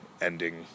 ending